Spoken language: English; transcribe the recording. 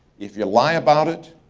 if you lie about it,